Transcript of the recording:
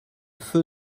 feu